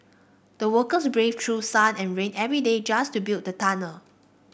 the workers braved through sun and rain every day just to build the tunnel